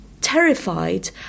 terrified